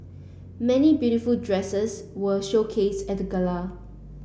many beautiful dresses were showcased at the gala